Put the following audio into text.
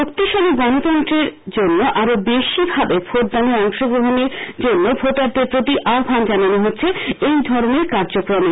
শক্তিশালী গণতন্ত্রের জন্য আরও বেশিভাবে ভোটদানে অংশ গ্রহণের জন্য ভোটারদের প্রতি আহ্ণান জানানো হচ্ছে এই ধরনের কার্যক্রমে